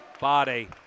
body